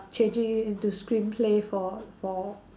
changing it into screenplay for for